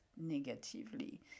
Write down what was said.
negatively